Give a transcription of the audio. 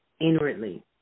inwardly